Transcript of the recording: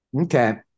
Okay